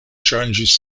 ŝanĝis